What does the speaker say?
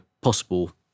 possible